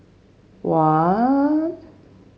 one